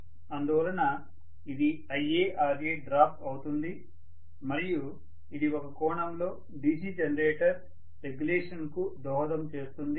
అందువలన ఇది IaRa drop అవుతుంది మరియు ఇది ఒక కోణంలో DC జనరేటర్ రెగ్యులేషన్ కు దోహదం చేస్తుంది